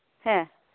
ᱦᱮᱸ